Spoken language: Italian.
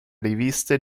riviste